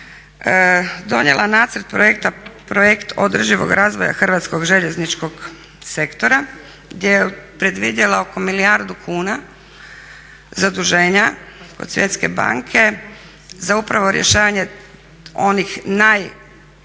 donijela nacrt projekta Projekt održivog razvoja hrvatskog željezničkog sektora gdje je predvidjela oko milijardu kuna zaduženja kod Svjetske banke za upravo rješavanje onih najgorućijih